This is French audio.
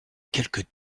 quelques